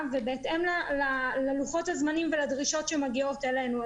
ובהתאם ללוחות הזמנים והדרישות שמגיעות אלינו.